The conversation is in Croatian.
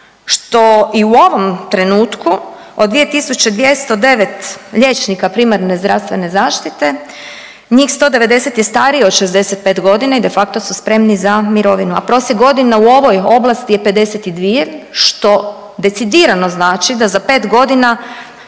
što i u ovom trenutku od 2209 liječnika primarne zdravstvene zaštite njih 190 je starije od 65.g. i de facto su spremni za mirovinu, a prosjek godina u ovoj oblasti je 52, što decidirano znači da za 5.g.